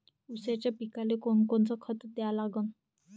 ऊसाच्या पिकाले कोनकोनचं खत द्या लागन?